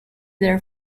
their